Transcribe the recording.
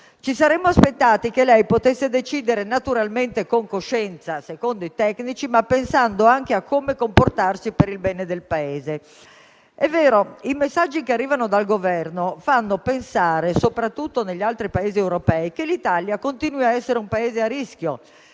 Ci saremmo aspettati che lei potesse decidere, naturalmente con coscienza e seguendo i tecnici, ma pensando anche a come comportarsi per il bene del Paese. È vero, i messaggi che arrivano dal Governo fanno pensare, soprattutto negli altri Paesi europei, che l'Italia continui a essere a rischio,